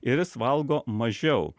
ir jis valgo mažiau